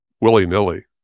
willy-nilly